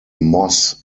moss